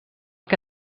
que